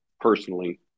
personally